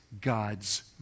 God's